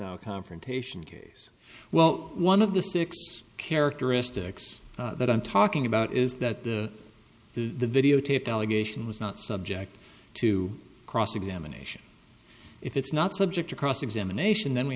confrontation case well one of the six characteristics that i'm talking about is that the the videotaped allegation was not subject to cross examination if it's not subject to cross examination then we